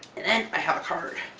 and then, i have card!